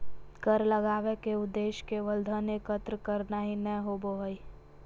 कर लगावय के उद्देश्य केवल धन एकत्र करना ही नय होबो हइ